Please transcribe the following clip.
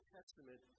Testament